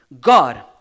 God